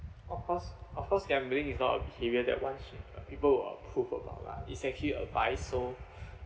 of course of course gambling is not a career that much people would approve about lah it's actually advice so